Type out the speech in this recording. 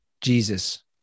Jesus